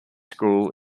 school